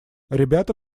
ребята